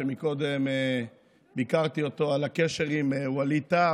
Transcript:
שקודם ביקרתי אותו על הקשר עם ווליד טאהא,